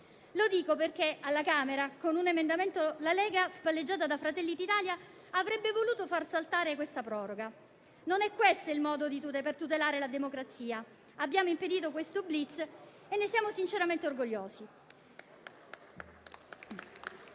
Lo dico perché alla Camera, con un emendamento, la Lega, spalleggiata da Fratelli d'Italia, avrebbe voluto far saltare questa proroga. Non è questo il modo per tutelare la democrazia. Abbiamo impedito tale *blitz* e ne siamo sinceramente orgogliosi.